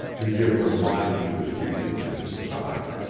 to give her mind to his reading and his talk,